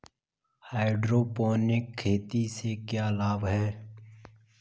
Hydroponic खेती से क्या लाभ हैं?